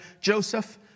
Joseph